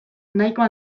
nahikoa